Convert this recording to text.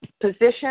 position